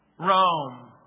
Rome